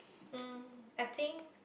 mm I think